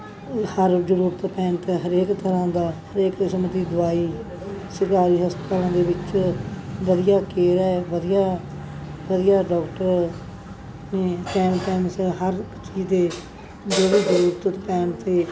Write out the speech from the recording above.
ਹਰ ਜ਼ਰੂਰਤ ਪੈਣ 'ਤੇ ਹਰੇਕ ਤਰ੍ਹਾਂ ਦਾ ਹਰੇਕ ਕਿਸਮ ਦੀ ਦਵਾਈ ਸਰਕਾਰੀ ਹਸਪਤਾਲਾਂ ਦੇ ਵਿੱਚ ਵਧੀਆ ਕੇਅਰਾਂ ਹੈ ਵਧੀਆ ਵਧੀਆ ਡਾਕਟਰ ਨੇ ਟਾਇਮ ਟਾਇਮ ਸਿਰ ਹਰ ਇੱਕ ਚੀਜ਼ ਦੇ ਜਿਹੜੀ ਜ਼ਰੂਰਤ ਪੈਣ 'ਤੇ